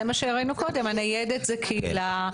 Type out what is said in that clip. זה מה שהראנו קודם: הניידת זה קהילה,